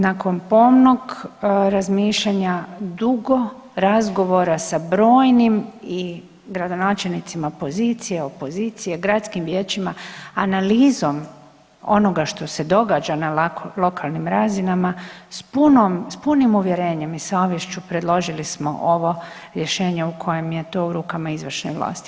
Nakon pomnog razmišljanja, dugo razgovora sa brojnim i gradonačelnicima pozicije i opozicije i gradskim vijećima analizom onoga što se događa na lokalnim razinama s punom, s punim uvjerenjem i savješću predložili smo ovo rješenje u kojem je to u rukama izvršne vlasti.